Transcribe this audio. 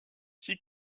six